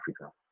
africa